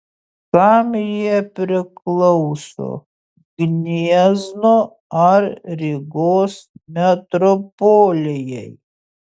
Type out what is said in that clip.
kam jie priklauso gniezno ar rygos metropolijai